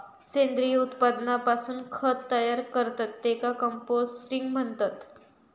सेंद्रिय उत्पादनापासून खत तयार करतत त्येका कंपोस्टिंग म्हणतत